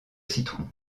citron